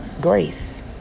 grace